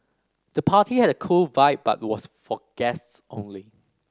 the party had a cool vibe but was for guests only